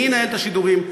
מי ינהל את השידורים?